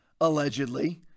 allegedly